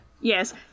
Yes